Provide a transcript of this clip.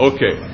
Okay